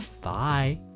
bye